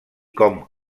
com